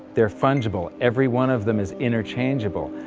they're fungible, every one of them is interchangeable,